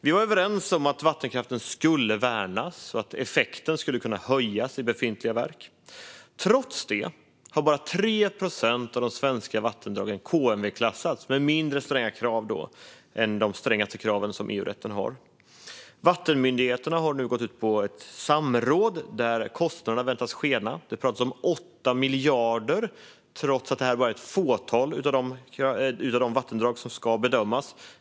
Vi var överens om att vattenkraften skulle värnas och att effekten skulle kunna höjas i befintliga verk. Trots det har bara 3 procent av de svenska vattendragen KMV-klassats, med mindre stränga krav än de strängaste kraven i EU-rätten. Vattenmyndigheterna har nu haft ett samråd, och de säger att kostnaderna väntas skena. Det talas om 8 miljarder, trots att det bara handlar om ett fåtal av de vattendrag som ska bedömas.